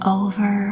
over